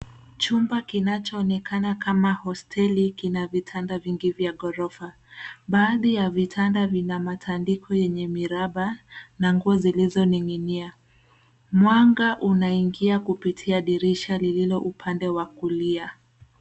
Chumba kinachoonekana kama hosteli kina vitanda vingi vya gorofa. Baadhi ya vitanda vina matandiko yenye miraba na nguo zilizoning'inia. Mwanga unaingia kupitia dirisha lililo upande wa kulia.